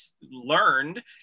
learned